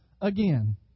again